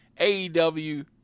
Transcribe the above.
AEW